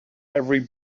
every